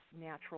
natural